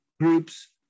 groups